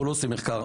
פה לא עושים מחקר,